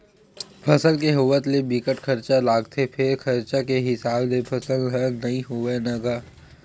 फसल के होवत ले बिकट खरचा लागथे फेर खरचा के हिसाब ले फसल ह नइ होवय न गा